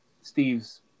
Steve's